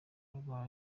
rwa